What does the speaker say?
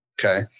Okay